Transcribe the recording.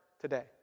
today